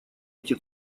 эти